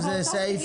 רשמי.